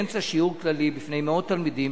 באמצע שיעור כללי בפני מאות תלמידים,